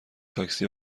تاکسی